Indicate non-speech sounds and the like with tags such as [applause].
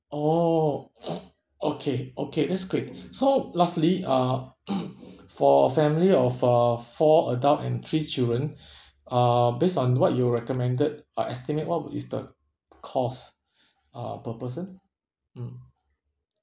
oh [noise] okay okay that's great [breath] so lastly uh [noise] [breath] for a family of uh four adult and three children [breath] uh based on what you recommended uh estimate what is the cost [breath] uh per person mm